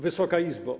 Wysoka Izbo!